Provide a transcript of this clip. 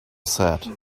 said